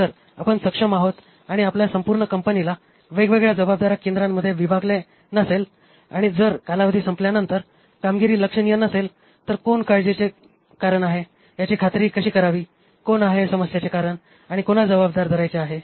जर आपण सक्षम आहोत आणि आपण संपूर्ण कंपनीला वेगवेगळ्या जबाबदार्या केंद्रांमध्ये विभागले नसेल आणि जर कालावधी संपल्यानंतर कामगिरी लक्षणीय नसेल तर कोण काळजीचे कारण आहे याची खात्री कशी करावी कोण आहे समस्येचे कारण आणि कोणास जबाबदार धरायचे आहे